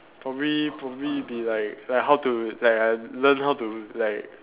probably probably be like like how to like I learn how to like